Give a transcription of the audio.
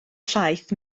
llaeth